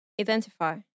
identify